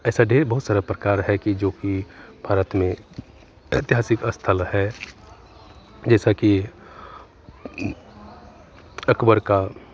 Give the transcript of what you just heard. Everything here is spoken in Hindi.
ऐसा ढेर बहुत सारा प्रकार है कि जो कि भारत में ऐतिहासिक स्थल है जैसा कि अकबर का